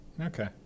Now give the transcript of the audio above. Okay